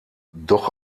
doch